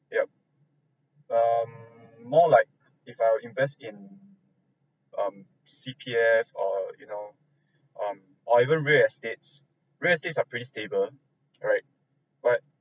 yup um more like if I were to invest in um C_P_F or you know um or even real estates real estates are pretty stable right but